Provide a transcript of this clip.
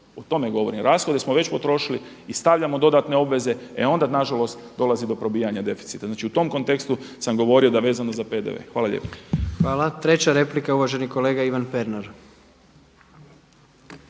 o tome govorim. Rashode smo već potrošili i stavljamo dodatne obveze e onda nažalost dolazi do probijanja deficita. Znači u tom kontekstu sam govorio da vezano za PDV. Hvala lijepo. **Jandroković, Gordan (HDZ)** Hvala. Treća replika uvaženi kolega Ivan Pernar.